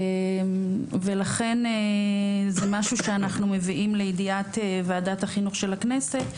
ולכן זה משהו שאנחנו מביאים לידיעת ועדת החינוך של הכנסת.